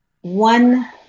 One